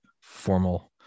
formal